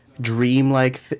dream-like